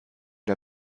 der